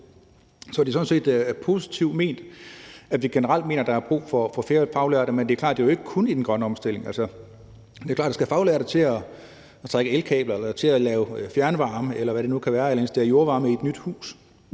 Så det er sådan set positivt ment, når vi siger, at der generelt er brug for flere faglærte. Men det er klart, at det ikke kun er til den grønne omstilling. Det er klart, at der skal faglærte til at trække elkabler, lave fjernvarme eller installere jordvarme i et nyt hus,